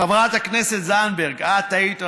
חברת הכנסת זנדברג, את היית הראשונה.